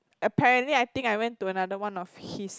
apparently I think I went to another one of his